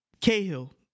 Cahill